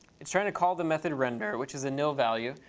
it's trying to call the method render which is a nil value,